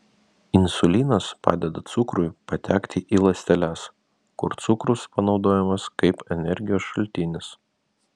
insulinas padeda cukrui patekti į ląsteles kur cukrus panaudojamas kaip energijos šaltinis